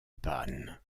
panne